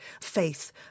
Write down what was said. faith